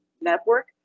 network